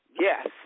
Yes